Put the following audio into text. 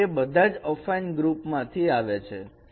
અને તે બધા અફાઈન ગ્રુપમાંથી આવે છે